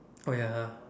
oh ya